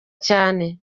cyane